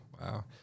wow